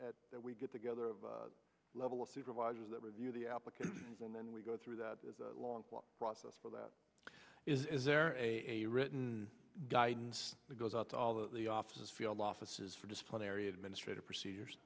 that we get together a level of supervisors that review the application and then we go through that long process for that is there a written guidance goes out to all of the offices field offices for disciplinary administrative procedures